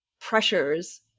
pressures